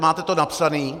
Máte to napsané.